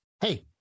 hey